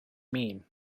mean